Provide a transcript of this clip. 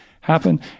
happen